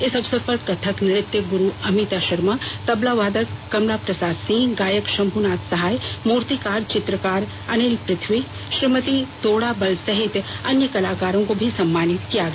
इस अवसर पर कत्थक नृत्य गुरु अमिता शर्मा तबला वादक कमला प्रसाद सिंह गायक शंभू नाथ सहाय मूर्तिकार और चित्रकार अनिल पृथ्वी श्रीमती तोड़ा बल सहित अन्य कलाकारों को भी सम्मानित किया गया